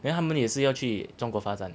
then 他们也是要去中国发展